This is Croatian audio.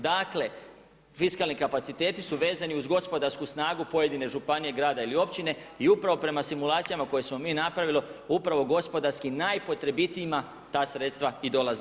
Dakle, fiskalni kapaciteti su vezani uz gospodarsku snagu pojedine županije, grada ili općine i upravo prema simulacijama koje smo mi napravili upravo gospodarski najpotrebitijima ta sredstva i dolaze.